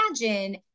imagine